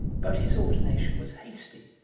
but his ordination was hasty,